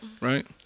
Right